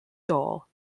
dole